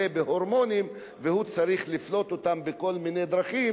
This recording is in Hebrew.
בהורמונים והוא צריך לפלוט אותם בכל מיני דרכים,